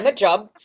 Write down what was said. and job.